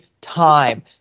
time